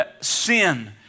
sin